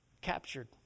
captured